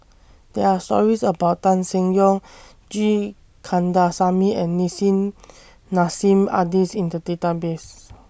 There Are stories about Tan Seng Yong G Kandasamy and Nissim Nassim Adis in The Database